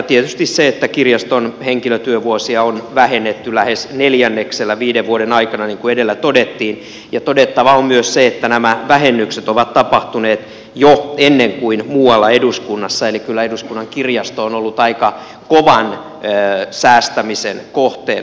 tietysti kirjaston henkilötyövuosia on vähennetty lähes neljänneksellä viiden vuoden aikana niin kuin edellä todettiin ja todettava on myös se että nämä vähennykset ovat tapahtuneet jo ennen kuin muualla eduskunnassa eli kyllä eduskunnan kirjasto on ollut aika kovan säästämisen kohteena